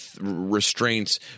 restraints